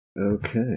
Okay